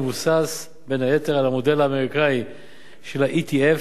ומבוסס בין היתר על המודל האמריקני של ה-ETF,